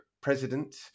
president